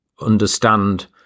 understand